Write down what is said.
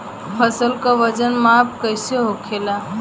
फसल का वजन माप कैसे होखेला?